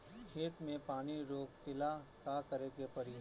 खेत मे पानी रोकेला का करे के परी?